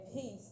peace